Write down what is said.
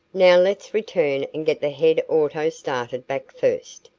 now let's return and get the head auto started back first,